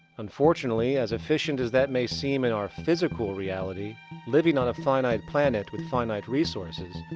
unfortunately, as efficient as that may seem in our physical reality living on a finite planet with finite resources.